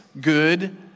good